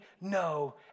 no